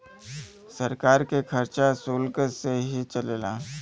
सरकार के खरचा सुल्क से ही चलेला